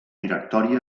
directori